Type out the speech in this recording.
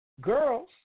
Girls